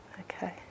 Okay